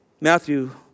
Matthew